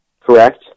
correct